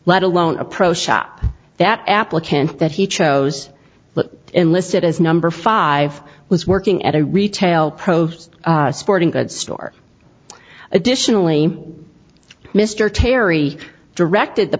let alone a pro shop that applicant that he chose but enlisted as number five was working at a retail pro sporting goods store additionally mr terry directed the